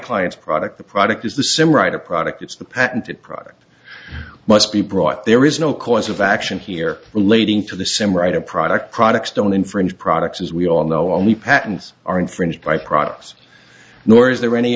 client's product the product is the sim right a product it's the patented product must be brought there is no cause of action here relating to the sim right a product products don't infringe products as we all know only patents are infringed by products nor is there any